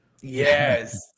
yes